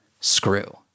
screw